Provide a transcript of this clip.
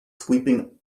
sweeping